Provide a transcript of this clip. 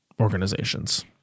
organizations